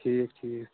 ٹھیٖک ٹھیٖک